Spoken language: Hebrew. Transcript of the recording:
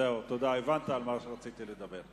זהו, תודה, הבנת על מה רציתי לדבר.